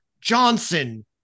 johnson